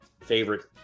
favorite